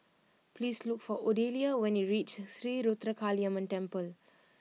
please look for Odelia when you reach Sri Ruthra Kaliamman Temple